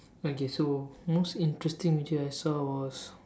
okay so most interesting video I saw was